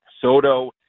Soto –